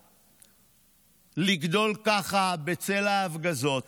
לגדול כך בצל ההפגזות.